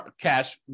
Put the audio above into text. cash